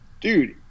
dude